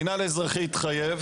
ראש ענף תיאום אזרחי במינהל האזרחי.